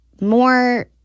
More